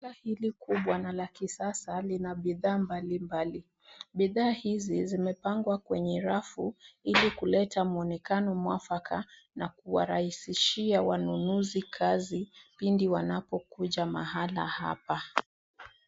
Duka hili kubwa na la kisasa lina bidhaa mbalimbali. Bidhaa hizi zimepangwa kwenye rafu ili kuleta mwonekano mwafaka na kuwarahisishia wanunuzi kazi pindi wanapokuja mahala hapa.